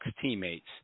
teammates